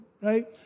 right